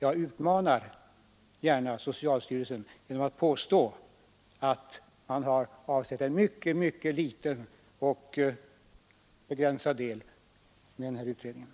Jag utmanar gärna socialstyrelsen genom att påstå att man med denna utredning bara har avsett att utreda en mycket, mycket liten och begränsad del av hela sakfrågan.